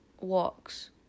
walks